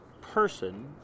person